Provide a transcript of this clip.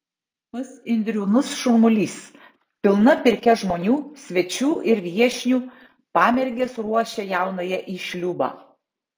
pas indriūnus šurmulys pilna pirkia žmonių svečių ir viešnių pamergės ruošia jaunąją į šliūbą